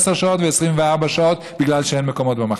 10 שעות ו-24 שעות בגלל שאין מקומות במחלקה.